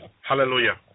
Hallelujah